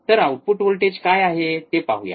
तर output voltage काय आहे ते पाहूया